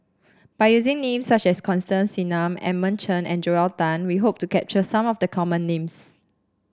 by using names such as Constance Singam Edmund Chen and Joel Tan we hope to capture some of the common names